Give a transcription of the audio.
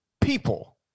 people